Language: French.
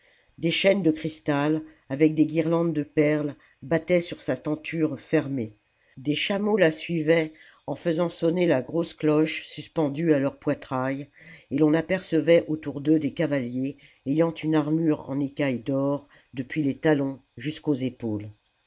des chaînes de cristal avec des guirlandes de perles battaient sur sa tenture fermée des chameaux la suivaient en faisant sonner la grosse cloche suspendue à leur poitrail et l'on apercevait autour d'eux des cavahers ayant une armure en écailles d'or depuis les talons jusqu'aux épaules